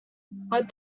but